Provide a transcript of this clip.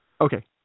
Okay